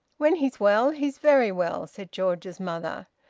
when he's well, he's very well, said george's mother.